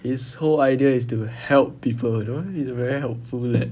his whole idea is to help people you know he's very helpful leh